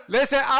Listen